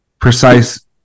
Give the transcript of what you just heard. precise